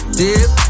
dip